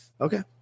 Okay